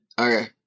Okay